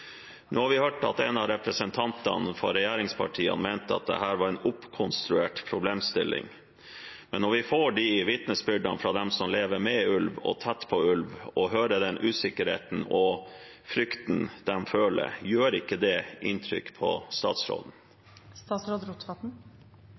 Nå har vi hørt at en av representantene fra regjeringspartiene mente at dette var en oppkonstruert problemstilling, men når vi får vitnesbyrdene fra dem som lever med ulv og tett på ulv, og hører om usikkerheten og frykten de føler – gjør det ikke da inntrykk på statsråden?